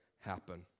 happen